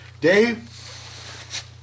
Dave